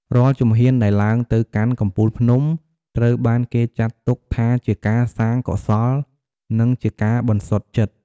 រាល់ជំហានដែលឡើងទៅកាន់កំពូលភ្នំ ត្រូវបានគេចាត់ទុកថាជាការសាងកុសល និងជាការបន្សុទ្ធចិត្ត។